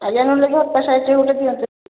ଆଜ୍ଞା ନ ହେଲେ ଝରକା ସାଇଟରେ ଗୋଟେ ଦିଅନ୍ତୁ